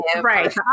right